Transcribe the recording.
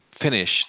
finish